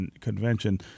convention